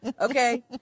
okay